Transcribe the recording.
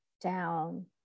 down